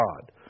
God